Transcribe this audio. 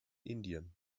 indien